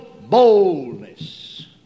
boldness